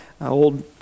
old